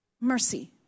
Mercy